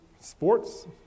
sports